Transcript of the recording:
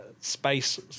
space